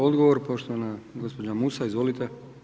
Odgovor, poštovana gospođa Musa, izvolite.